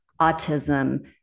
autism